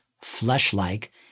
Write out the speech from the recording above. flesh-like